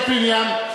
חבר הכנסת ציון פיניאן.